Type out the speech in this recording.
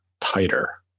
tighter